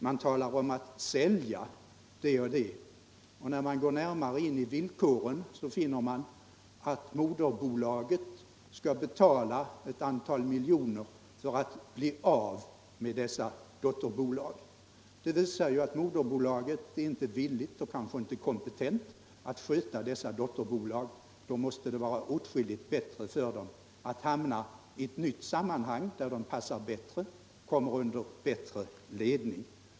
Det talas om att ”sälja” det och det, men när man närmare undersöker villkoren, finner man att moderbolaget skall berala ett antal miljoner för att bli av med dessa dotterbolag! Det visar ju att moderbolaget inte är villigt — och kanske inte heller kompetent — att sköta dotterbolagen. Då måste det vara åtskilligt bättre för dem att hamna i ett nytt sammanhang, där de passar bättre och kommer under bättre ledning.